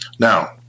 Now